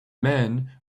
man